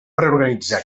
reorganitzar